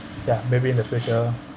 ya maybe in the future